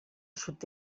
sud